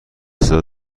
صدا